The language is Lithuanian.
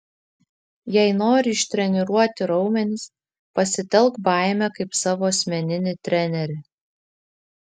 jei nori ištreniruoti raumenis pasitelk baimę kaip savo asmeninį trenerį